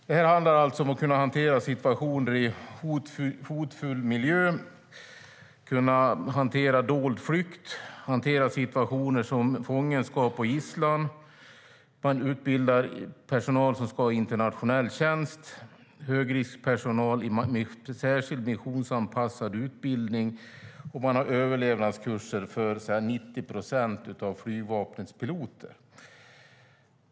Det handlar om att kunna hantera situationer i hotfull miljö, att kunna hantera dold flykt och att kunna hantera situationer som fångenskap och gisslan. Man utbildar personal som ska i internationell tjänst, högriskpersonal i särskild missionsanpassad utbildning, och man har överlevnadskurser för 90 procent av Flygvapnets piloter.